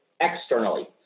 externally